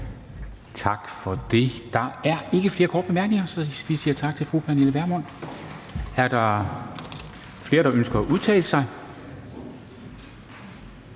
Tak for det. Der er ikke flere korte bemærkninger. Så vi siger tak til fru Pernille Vermund. Er der flere, der ønsker at udtale sig?